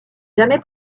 jamais